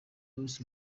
louis